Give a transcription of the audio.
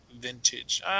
vintage